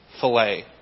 filet